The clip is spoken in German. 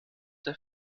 der